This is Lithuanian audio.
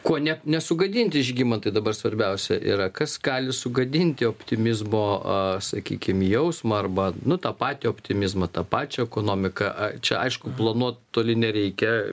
kone nesugadinti žygimantai dabar svarbiausia yra kas gali sugadinti optimizmo sakykim jausmą arba nu tą patį optimizmą tą pačią ekonomiką čia aišku planuot toli nereikia